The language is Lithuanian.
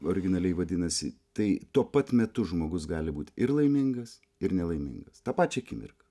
originaliai vadinasi tai tuo pat metu žmogus gali būt ir laimingas ir nelaimingas tą pačią akimirką